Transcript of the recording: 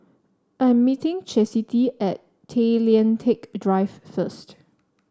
I am meeting Chasity at Tay Lian Teck Drive first